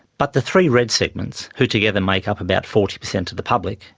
but the three red segments, who together make up about forty percent of the public,